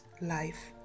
life